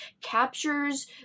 captures